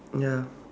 ya